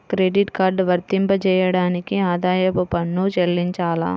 Credit card వర్తింపజేయడానికి ఆదాయపు పన్ను చెల్లించాలా?